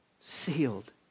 sealed